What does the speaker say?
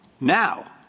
Now